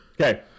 Okay